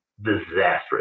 disastrous